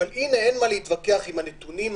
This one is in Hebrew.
שאין מה להתווכח עם הנתונים,